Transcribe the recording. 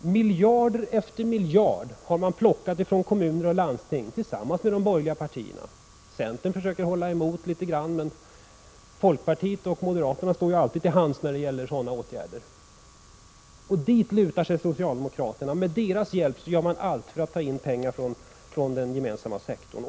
Miljard efter miljard har socialdemokraterna plockat från kommuner och landsting tillsammans med de borgerliga partierna. Centern försöker hålla emot litet grand, men folkpartiet och moderaterna finns alltid till hands när det gäller sådana åtgärder. Dit lutar sig socialdemokraterna. Med deras hjälp gör de allt för att ta in pengar från den gemensamma sektorn.